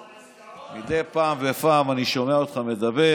דיברו על עסקאות, מדי פעם בפעם אני שומע אותך מדבר